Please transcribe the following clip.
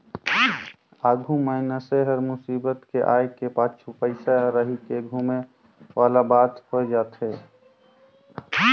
आघु मइनसे हर मुसीबत के आय के पाछू पइसा रहिके धुमे वाला बात होए जाथे